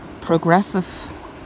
progressive